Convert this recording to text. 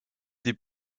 des